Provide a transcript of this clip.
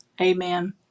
amen